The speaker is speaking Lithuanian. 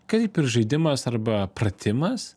kaip ir žaidimas arba pratimas